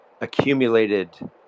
accumulated